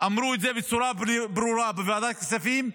אמרו את זה בצורה ברורה בוועדת הכספים: